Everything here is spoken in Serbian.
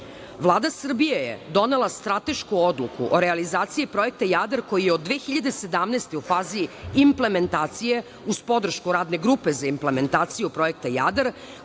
Vlada Srbije je donela stratešku odluku o realizaciji Projekta „Jadar“, koji je od 2017. godine u fazi implementacije, uz podršku Radne grupe za implementaciju Projekta